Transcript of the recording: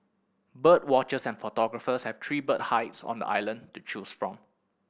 bird watchers and photographers have three bird hides on the island to choose from